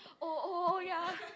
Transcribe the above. oh oh oh ya